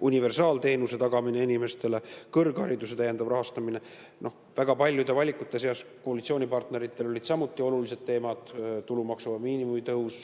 universaalteenuse tagamine inimestele, kõrghariduse täiendav rahastamine. Väga paljude valikute seas koalitsioonipartneritel olid samuti olulised teemad, näiteks tulumaksuvaba miinimumi tõus.